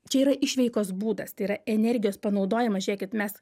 čia yra išveikos būdas tai yra energijos panaudojimas žėkit mes